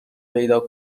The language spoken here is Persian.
پیدا